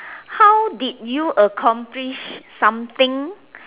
how did you accomplish something